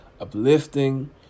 uplifting